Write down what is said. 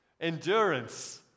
endurance